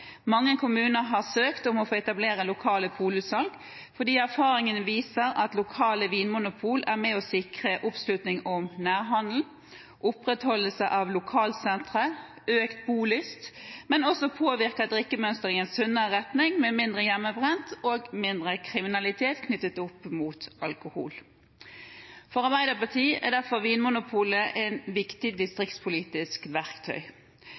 Mange kommuner har søkt om å få etablere lokale polutsalg, fordi erfaringene viser at lokale vinmonopol er med på å sikre oppslutning om nærhandel, opprettholde lokalsentre og øke bolysten, men er også med å påvirke drikkemønsteret i en sunnere retning med mindre hjemmebrent og mindre kriminalitet knyttet til alkohol. For Arbeiderpartiet er derfor Vinmonopolet et viktig distriktspolitisk verktøy.